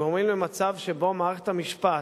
גורם למצב שבו מערכת המשפט,